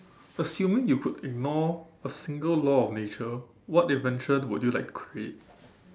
assuming you could ignore a single law of nature what invention would you like to create